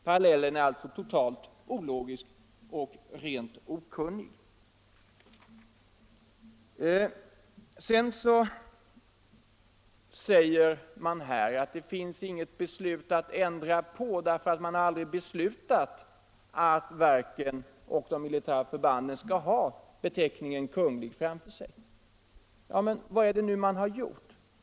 Parallellen är alltså totalt ologiskt och rent okunnig. Det sägs här att det finns inget beslut att ändra på, då man aldrig har beslutat att verken och de militära förbanden skall ha beteckningen Kunglig framför namnet. Ja, men vad är det nu man har gjort?